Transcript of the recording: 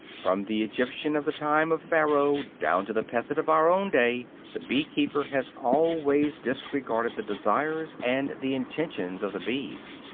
from the egyptian of the time of pharaoh down to the peasant of our own day the bee-keeper has always disregarded the desires and the intentions of the bees.